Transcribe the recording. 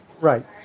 Right